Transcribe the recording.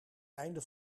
einde